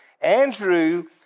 Andrew